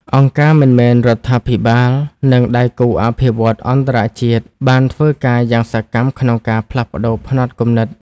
អង្គការមិនមែនរដ្ឋាភិបាល និងដៃគូអភិវឌ្ឍន៍អន្តរជាតិបានធ្វើការយ៉ាងសកម្មក្នុងការផ្លាស់ប្តូរផ្នត់គំនិត។